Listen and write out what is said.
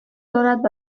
دارد